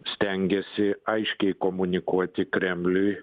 stengiasi aiškiai komunikuoti kremliui